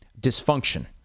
Dysfunction